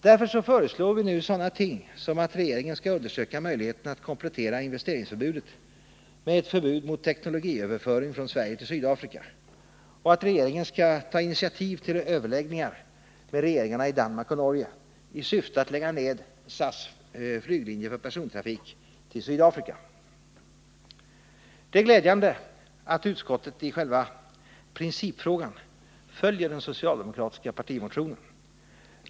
Därför föreslår vi nu sådana ting som att regeringen skall undersöka möjligheterna att komplettera investeringsförbudet med ett förbud mot teknologiöverföring från Sverige till Sydafrika och att regeringen skall ta initiativ till överläggningar med regeringarna i Danmark och Norge i syfte att lägga ned SAS flyglinje för persontrafik till Sydafrika. Det är glädjande att utskottet i själva principfrågan följer den socialdemokratiska partimotionen.